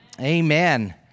amen